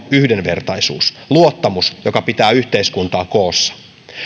yhdenvertaisuus ja luottamus jotka pitävät yhteiskuntaa koossa